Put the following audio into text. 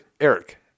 Eric